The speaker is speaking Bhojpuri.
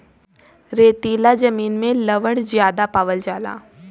रेतीला जमीन में लवण ज्यादा पावल जाला